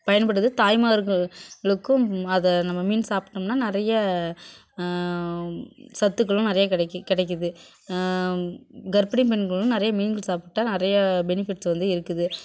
பயன்படுது தாய்மார்கள் ளுக்கும் அதை நம்ம மீன் சாப்பிட்டோமுன்னா நிறைய சத்துக்களும் நிறைய கிடைக்கி கிடைக்கிது கர்ப்பிணி பெண்களும் நிறைய மீன்கள் சாப்பிட்டால் நிறைய பெனிஃபிட்ஸ் வந்து இருக்குது